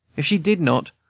if she did not,